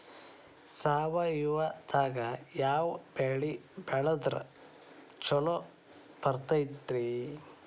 ಸಾವಯವದಾಗಾ ಯಾವ ಬೆಳಿ ಬೆಳದ್ರ ಛಲೋ ಬರ್ತೈತ್ರಿ?